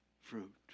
fruit